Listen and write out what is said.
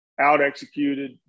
out-executed